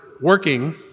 working